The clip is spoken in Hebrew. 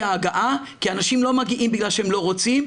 ההגעה כי אנשים לא מגיעים בגלל שהם לא רוצים,